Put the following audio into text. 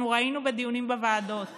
אנחנו ראינו בדיונים בוועדות